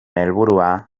helburua